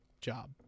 job